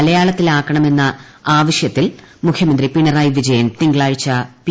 മലയാളത്തിലാക്കണമെന്ന ആവശ്യത്തിൽ മുഖൃമന്ത്രി പിണറായി വിജയൻ തിങ്കളാഴ്ച പ്രി